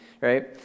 right